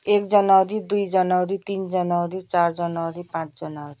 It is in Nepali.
एक जनवरी दुई जनवरी तिन जनवरी चार जनवरी पाँच जनवरी